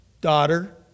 Daughter